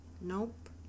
Nope